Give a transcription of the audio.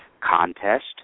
Contest